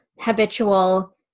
habitual